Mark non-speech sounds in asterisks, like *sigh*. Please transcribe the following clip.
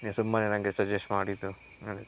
ನೀ ಸುಮ್ಮನೆ ನನಗೆ ಸಜೆಶ್ಟ್ ಮಾಡಿದ್ದು *unintelligible*